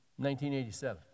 1987